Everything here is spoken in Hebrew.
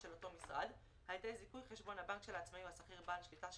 לשם בחינת עמידתו של העצמאי או השכיר בעל שליטה,